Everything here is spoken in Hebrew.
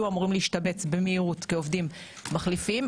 אמורים להשתבץ במהירות כעובדים מחליפים.